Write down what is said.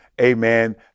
amen